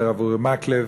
לרב אורי מקלב,